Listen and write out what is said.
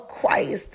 Christ